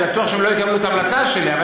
אני בטוח שהם לא יקבלו את ההמלצה שלי.